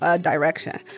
direction